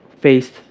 faced